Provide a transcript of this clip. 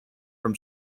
from